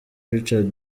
richard